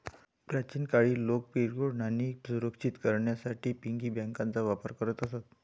प्राचीन काळी लोक किरकोळ नाणी सुरक्षित करण्यासाठी पिगी बँकांचा वापर करत असत